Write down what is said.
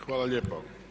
Hvala lijepo.